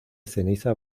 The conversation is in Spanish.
ceniza